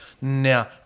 now